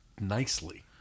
nicely